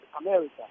America